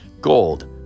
gold